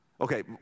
Okay